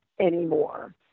anymore